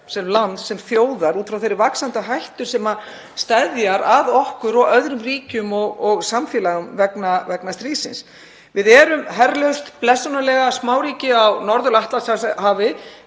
sem lands, sem þjóðar, út frá þeirri vaxandi hættu sem steðjar að okkur og öðrum ríkjum og samfélagum vegna stríðsins. Við erum herlaust, blessunarlega, smáríki á Norður-Atlantshafi,